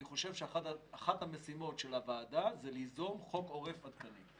אני חושב שאחת המשימות של הוועדה היא ליזום חוק עורף עדכני.